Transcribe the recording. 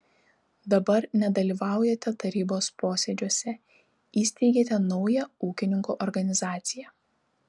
dabar nedalyvaujate tarybos posėdžiuose įsteigėte naują ūkininkų organizaciją